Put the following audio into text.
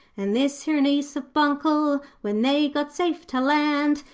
and this here niece of buncle, when they got safe to land,